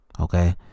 Okay